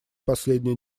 последний